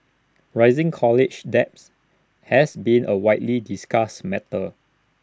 rising college debts has been A widely discussed matter